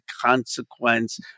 consequence